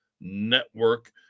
Network